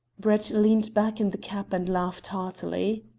brett leaned back in the cab and laughed heartily.